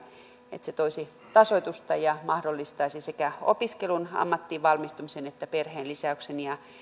että se toisi tasoitusta ja mahdollistaisi sekä opiskelun ammattiin valmistumisen että perheenlisäyksen